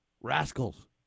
rascals